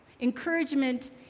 Encouragement